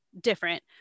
different